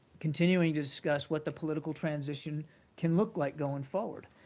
continuing to discuss what the political transition can look like going forward.